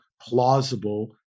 plausible